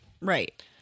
Right